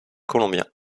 colombien